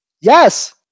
Yes